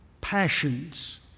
passions